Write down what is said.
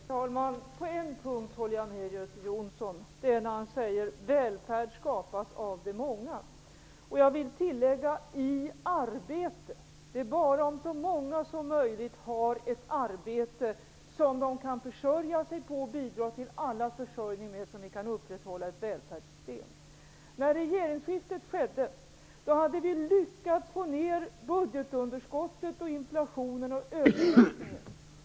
Herr talman! På en punkt håller jag med Göte Jonsson, nämligen att välfärd skapas av de många. Men jag vill tillägga ''i arbete''. Det är bara om så många som möjligt har ett arbete som de kan försörja sig på och bidra till allas försörjning med som välfärdssystemet kan upprätthållas. När regeringsskiftet skedde hade vi lyckats få ner budgetunderskottet, inflationen och överhettningen.